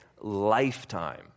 lifetime